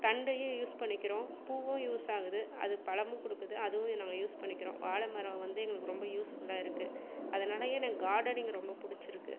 தண்டையும் use பண்ணிக்கிறோம் பூவும் யூஸாகுது அது பழமும் கொடுக்குது அதுவும் நாங்கள் யூஸ் பண்ணிக்கிறோம் வாழைமரம் வந்து எங்களுக்கு ரொம்ப யூஸ்ஃபுல்லாக இருக்குது அதனாலேயே எனக்கு கார்டனிங் ரொம்ப பிடுச்சிருக்கு